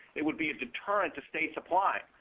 it would be a deterrent to states applying.